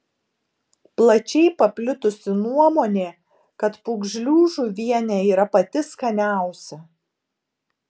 plačiai paplitusi nuomonė kad pūgžlių žuvienė yra pati skaniausia